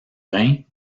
rhin